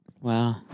Wow